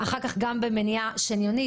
אחר כך גם במניעה שניונית.